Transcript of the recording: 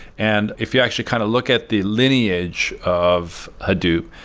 and if you actually kind of look at the lineage of hadoop,